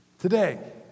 Today